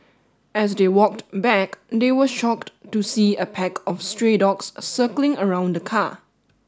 as they walked back they were shocked to see a pack of stray dogs circling around the car